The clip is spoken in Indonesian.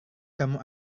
kamu